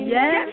Yes